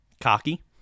Cocky